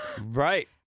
Right